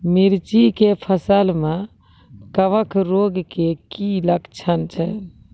मिर्ची के फसल मे कवक रोग के की लक्छण छै?